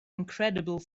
incredible